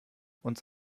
uns